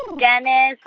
dennis.